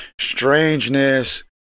strangeness